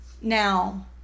Now